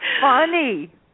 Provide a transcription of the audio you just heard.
funny